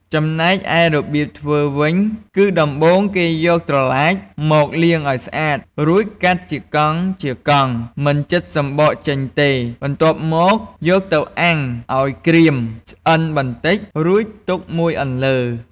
ចំណែកឯរបៀបធ្វើវិញ គឺដំបូងគេយកត្រឡាចមកលាងឱ្យស្អាត រួចកាត់ជាកង់ៗ មិនចិតសំបកចេញទេ បន្ទាប់មកយកទៅអាំងឱ្យក្រៀមឆ្អិនបន្តិច រួចទុកមួយអន្លើ។